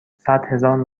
صدهزار